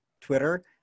Twitter